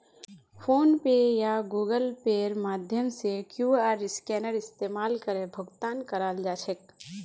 phone पे या Google पेर माध्यम से क्यूआर स्कैनेर इस्तमाल करे भुगतान कराल जा छेक